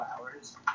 hours